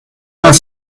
vingt